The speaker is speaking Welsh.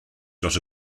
dros